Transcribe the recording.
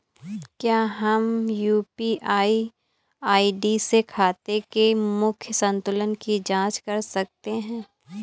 क्या हम UPI ID से खाते के मूख्य संतुलन की जाँच कर सकते हैं?